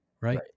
Right